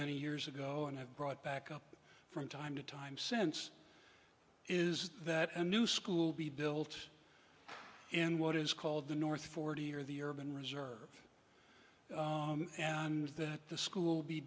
many years ago and have brought back up from time to time sense is that a new school be built in what is called the north forty or the urban reserve and that the school